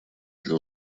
для